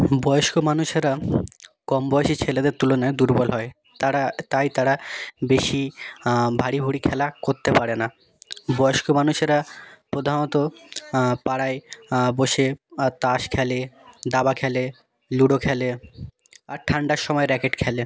বয়স্ক মানুষেরা কম বয়সি ছেলেদের তুলনায় দুর্বল হয় তারা তাই তারা বেশি ভারিভুরি খেলা করতে পারেনা বয়স্ক মানুষেরা প্রধানত পাড়ায় বসে তাস খেলে দাবা খেলে লুডো খেলে আর ঠান্ডার সময় র্যাকেট খেলে